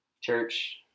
Church